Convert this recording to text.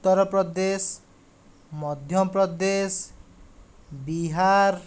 Uttar Pradesh Madhya Pradesh Bihar